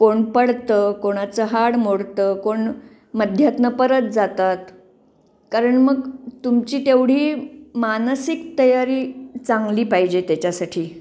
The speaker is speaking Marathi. कोण पडतं कोणाचं हाड मोडतं कोण मध्यातून परत जातात कारण मग तुमची तेवढी मानसिक तयारी चांगली पाहिजे त्याच्यासाठी